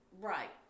Right